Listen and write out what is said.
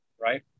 right